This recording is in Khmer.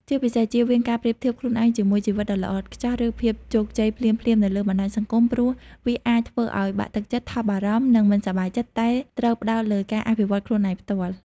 ជាពិសេស ជៀសវាងការប្រៀបធៀបខ្លួនឯងជាមួយ ជីវិតដ៏ល្អឥតខ្ចោះ ឬភាពជោគជ័យភ្លាមៗ នៅលើបណ្តាញសង្គម ព្រោះវាអាចធ្វើឱ្យបាក់ទឹកចិត្ត ថប់បារម្ភ និងមិនសប្បាយចិត្ត តែត្រូវផ្តោតលើការអភិវឌ្ឍខ្លួនឯងផ្ទាល់។